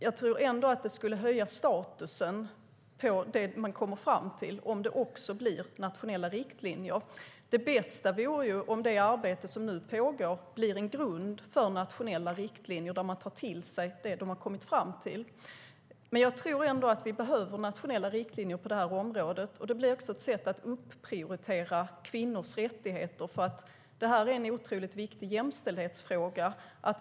Jag tror att det skulle höja statusen på det man kommer fram till om det också blev nationella riktlinjer. Det bästa vore om det arbete som nu pågår blev en grund för nationella riktlinjer där man tar till sig det professionen har kommit fram till. Jag tycker ändå att vi behöver nationella riktlinjer på det här området. Det blir ett sätt att upprioritera kvinnors rättigheter. Det här är en otroligt viktig jämställdhetsfråga.